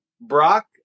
Brock